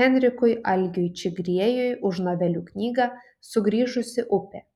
henrikui algiui čigriejui už novelių knygą sugrįžusi upė